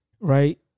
right